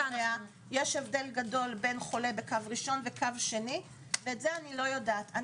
יש הבדל גדול בין חולה בקו ראשון וקו שני ואת זה אני לא יודעת.